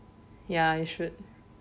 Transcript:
ya you should